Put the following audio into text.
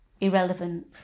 irrelevant